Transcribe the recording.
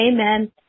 Amen